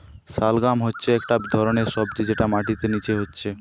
শালগাম হচ্ছে একটা ধরণের সবজি যেটা মাটির নিচে হচ্ছে